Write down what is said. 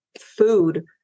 food